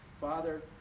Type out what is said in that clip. Father